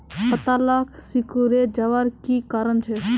पत्ताला सिकुरे जवार की कारण छे?